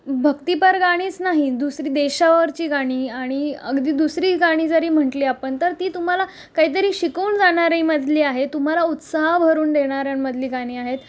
भक्तीपर गाणीच नाही दुसरी देशावरची गाणी आणि अगदी दुसरी गाणी जरी म्हंटली आपण तर ती तुम्हाला काहीतरी शिकवून जाणारीमधली आहे तुम्हाला उत्साह भरून देणाऱ्यांमधली गाणी आहेत